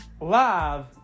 live